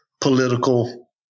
political